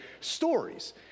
Stories